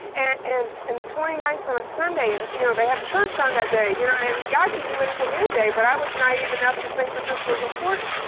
and and and the twenty ninth is on a sunday, and you know they have church on that day, you know, and god can do anything any day, but i was naive enough to think that this was important.